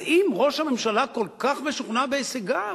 אז אם ראש הממשלה כל כך משוכנע בהישגיו,